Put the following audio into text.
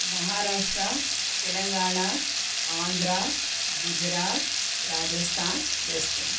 Maharashtra Telangana Andhra Gujarat Rajasthan West Bengal